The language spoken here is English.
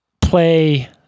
Play